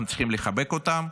אנחנו צריכים לחבק אותם,